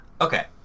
Okay